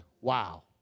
wow